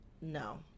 No